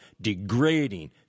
degrading